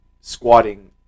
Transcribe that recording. squatting